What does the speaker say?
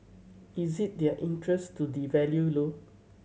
is it their interest to devalue low